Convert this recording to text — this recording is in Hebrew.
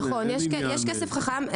יש את כסף חכם,